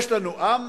יש לנו עם,